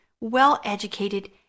well-educated